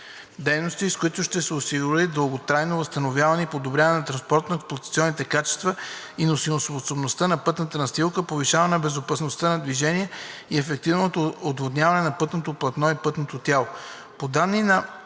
дейности, с които ще се осигури дълготрайно възстановяване и подобряване на транспортно-експлоатационните качества и носимоспособността на пътната настилка, повишаване на безопасността на движение и ефективно отводняване на пътното платно и пътното тяло.